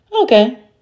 Okay